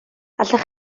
allwch